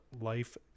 life